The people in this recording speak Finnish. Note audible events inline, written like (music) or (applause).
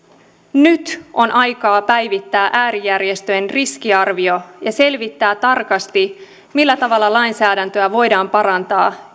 nyt on aika päivittää äärijärjestöjen riskiarvio ja selvittää tarkasti millä tavalla lainsäädäntöä voidaan parantaa (unintelligible)